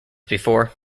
before